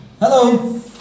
Hello